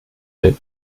lait